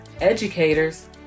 educators